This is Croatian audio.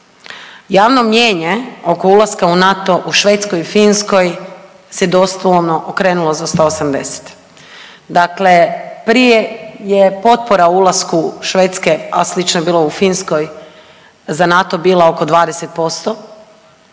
javno mnijenje oko ulaska u NATO u Švedskoj i Finskoj se doslovno okrenulo za 180. Dakle prije je potpora ulasku Švedske, a slično je bilo u Finskoj, za NATO bila oko 20%,